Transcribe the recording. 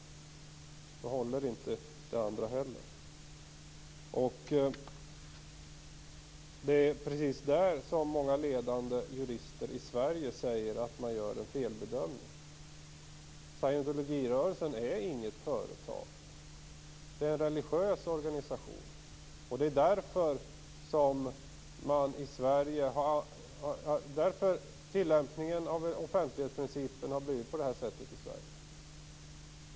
Då håller inte det övriga heller. Det är på denna punkt som många ledande jurister i Sverige säger att det sker en felbedömning. Scientologirörelsen är inte något företag. Det är en religiös organisation. Det är därför tillämpningen av offentlighetsprincipen har blivit sådan i Sverige.